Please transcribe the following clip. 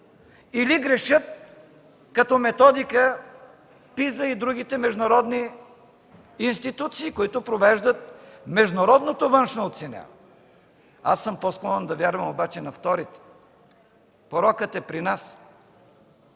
или грешат като методика PISA и другите международни институции, които провеждат международното външно оценяване. Аз съм по-склонен да вярвам обаче на вторите. Порокът е при нас.